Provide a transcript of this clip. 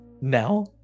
now